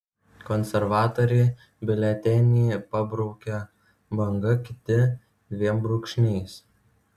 konservatoriai biuletenį pabraukia banga kiti dviem brūkšniais